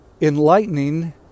Enlightening